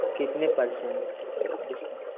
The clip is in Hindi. कितने पर्सेन्ट डिस्काउंट